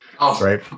Right